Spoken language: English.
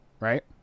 Right